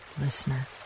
listener